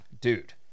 Dude